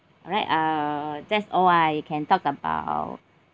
alright uh that's all I can talk about